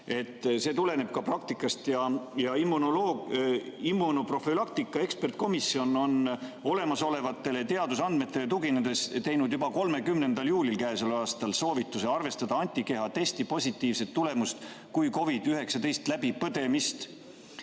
See tuleneb ka praktikast. Immunoprofülaktika ekspertkomisjon tegi olemasolevatele teadusandmetele tuginedes juba 30. juulil k.a soovituse arvestada antikehatesti positiivset tulemust kui COVID‑19 läbipõdemist.